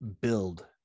build